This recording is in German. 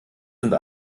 sind